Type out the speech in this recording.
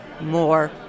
more